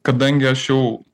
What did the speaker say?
kadangi aš jau